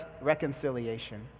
reconciliation